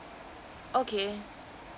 okay